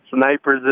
snipers